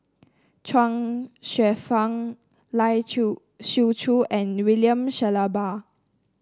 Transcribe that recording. Chuang Hsueh Fang Lai Chiu Siu Chiu and William Shellabear